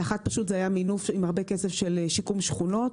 באחד פשוט זה היה מינוף עם הרבה כסף של שיקום שכונות,